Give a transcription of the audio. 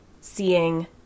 seeing